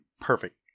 perfect